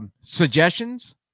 suggestions